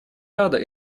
рада